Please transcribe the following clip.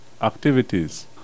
activities